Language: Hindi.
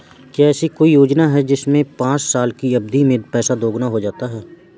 क्या ऐसी कोई योजना है जिसमें पाँच साल की अवधि में पैसा दोगुना हो जाता है?